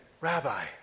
Rabbi